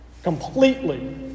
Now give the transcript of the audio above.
Completely